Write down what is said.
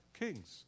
kings